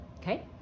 okay